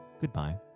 goodbye